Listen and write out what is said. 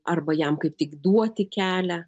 arba jam kaip tik duoti kelią